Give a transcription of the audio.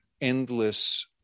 endless